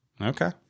Okay